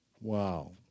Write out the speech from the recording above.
Wow